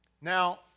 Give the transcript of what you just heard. Now